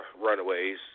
Runaways